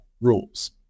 rules